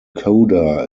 coda